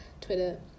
Twitter